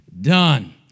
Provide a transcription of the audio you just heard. done